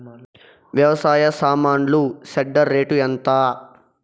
వ్యవసాయ సామాన్లు shredder rate ఎంత?